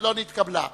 לא ראיתי